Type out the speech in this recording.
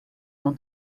não